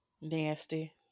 Nasty